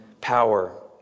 power